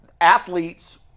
athletes